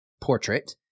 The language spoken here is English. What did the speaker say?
portrait